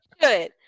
Good